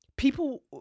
People